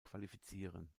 qualifizieren